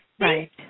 Right